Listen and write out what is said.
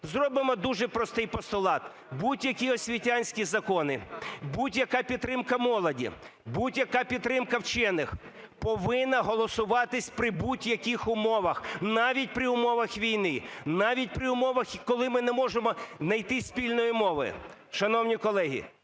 Зробимо дуже простий постулат: будь-які освітянські закони, будь-яка підтримка молоді, будь-яка підтримка вчених повинна голосуватись при будь-яких умовах, навіть при умовах війни, навіть при умовах, коли ми не можемо найти спільної мови. Шановні колеги,